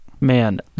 Man